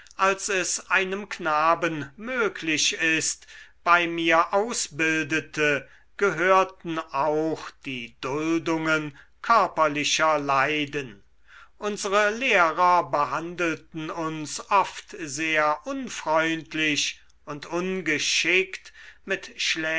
als es einem knaben möglich ist bei mir ausbildete gehörten auch die duldungen körperlicher leiden unsere lehrer behandelten uns oft sehr unfreundlich und ungeschickt mit